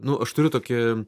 nu aš turiu tokį